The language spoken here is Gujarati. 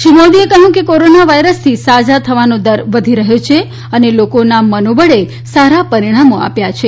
શ્રી મોદીએ કહયું કે કોરોના વાયરસથી સાજા થવાનો દર વધી રહયો છે અને લોકોના મનોબળે સારા પરીણામો આપ્યા છે